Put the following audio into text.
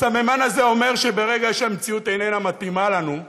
הסממן הזה אומר שברגע שהמציאות איננה מתאימה לנו,